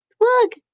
Look